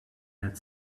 had